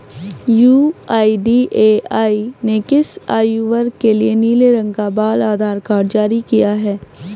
UIDAI ने किस आयु वर्ग के लिए नीले रंग का बाल आधार कार्ड जारी किया है?